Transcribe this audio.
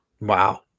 Wow